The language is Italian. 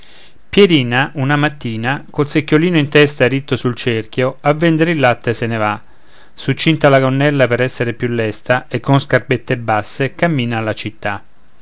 pierina una mattina col secchiolino in testa ritto sul cerchio a vendere il latte se ne va succinta la gonnella per essere più lesta e con scarpette basse cammina alla città